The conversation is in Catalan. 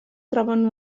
troben